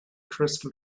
crystal